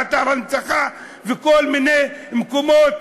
באתר הנצחה ובכל מיני מקומות,